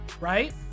right